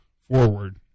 forward